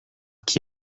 qui